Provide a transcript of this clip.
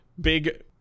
Big